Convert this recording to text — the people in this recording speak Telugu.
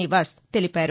నివాస్ తెలిపారు